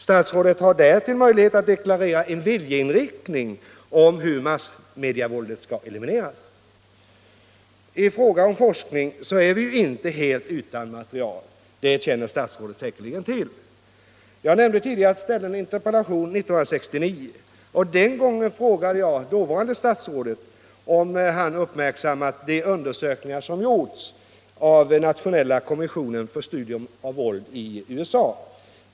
Statsrådet har därtill möjlighet att deklarera en viljeinriktning när det gäller hur massmediavåldet skall elimineras. I fråga om forskning är vi inte helt utan material, det känner statsrådet säkerligen till. Jag nämnde tidigare att jag framställde en interpellation 1969. Den gången frågade jag dåvarande statsrådet om han uppmärksammat de undersökningar som gjorts av Nationella kommittén för studium av våld i USA.